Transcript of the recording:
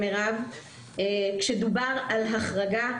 כשדובר על החרגה,